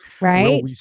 Right